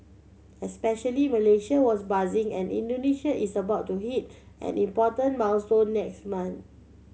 especially Malaysia was buzzing and Indonesia is about to hit an important milestone next month